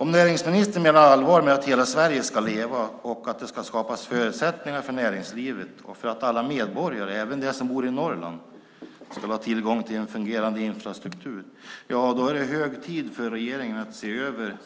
Om näringsministern menar allvar med att hela Sverige ska leva och att det ska skapas förutsättningar för näringslivet och för att alla medborgare - även de som bor i Norrland - ska ha tillgång till en fungerande infrastruktur, ja, då är det hög tid för regeringen att se över